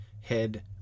head